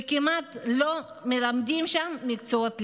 וכמעט לא מלמדים שם מקצועות ליבה.